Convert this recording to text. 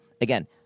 again